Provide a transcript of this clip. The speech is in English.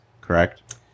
correct